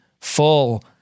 full